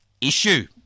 issue